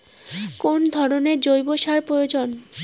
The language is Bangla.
কোন ধরণের জৈব সার প্রয়োজন?